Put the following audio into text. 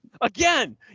again